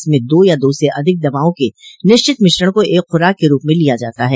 इसमें दो या दो से अधिक दवाओं के निश्चित मिश्रण को एक ख्रराक के रूप में लिया जाता है